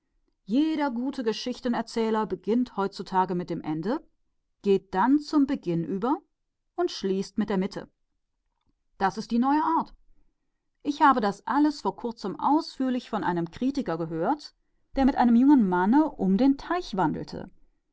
jeder gute romanschreiber fängt heutzutage mit dem ende an läßt dann den anfang folgen und schließt mit der mitte das ist die moderne methode ich hörte alles darüber ganz genau neulich einmal von einem kritiker der mit einem jungen mann um den teich